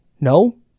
No